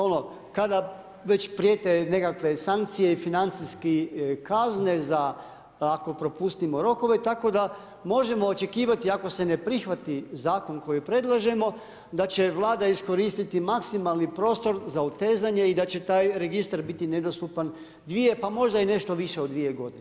Ono kad već prijete nekakve sankcije i financijski kazne za ako propustimo rokove i tako možemo očekivati ako se ne prihvati zakon koji predlažemo, da će Vlada iskoristiti maksimalni prostor za utezanje i da će taj registar biti nedostupan 2 pa možda i nešto više od 2 godine.